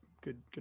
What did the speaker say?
good